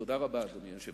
תודה רבה, אדוני היושב-ראש.